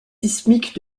sismiques